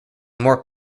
more